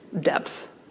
depth